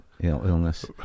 Illness